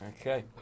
okay